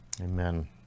Amen